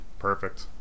Perfect